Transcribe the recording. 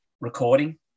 recording